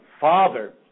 father